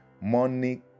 money